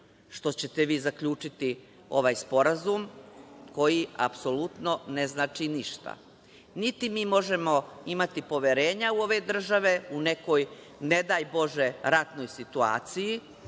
što ćete vi zaključiti ovaj Sporazum, koji apsolutno ne znači ništa. Niti mi možemo imati poverenja u ove države u nekoj, ne daj Bože, ratnoj situaciji,